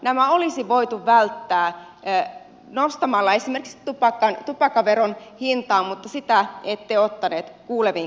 nämä olisi voitu välttää nostamalla esimerkiksi tupakkaveron hintaa mutta sitä ette ottaneet kuuleviin korviin